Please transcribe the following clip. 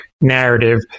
narrative